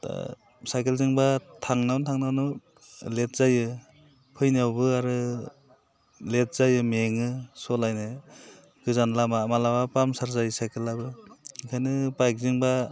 साइखेलजोंब्ला थांनायावनो थांनायावनो लेट जायो फैनायावबो आरो लेट जायो मेङो सालायनो गोजान लामा माब्लाबा पानचार जायो साइखेलाबो ओंखायनो बाइकजोंब्ला